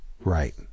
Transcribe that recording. Right